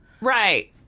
Right